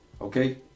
Okay